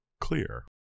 clear